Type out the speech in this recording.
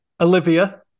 Olivia